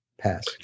Pass